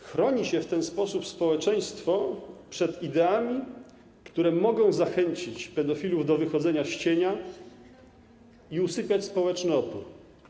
Chroni się w ten sposób społeczeństwo przed ideami, które mogą zachęcić pedofilów do wychodzenia z cienia i usypiać społeczny opór.